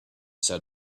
said